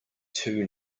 too